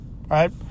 right